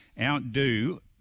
outdo